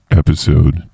episode